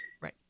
right